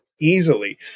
easily